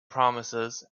promises